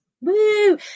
Woo